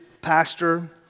pastor